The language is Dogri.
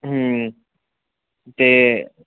अं ते